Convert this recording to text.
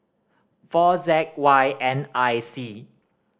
four Z Y N I C